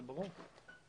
ברור.